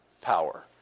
power